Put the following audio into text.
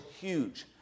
huge